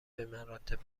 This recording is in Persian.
بمراتب